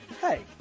Hey